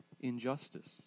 injustice